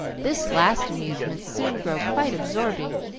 this last amusement soon grew quite absorbing,